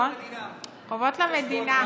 חובות למדינה.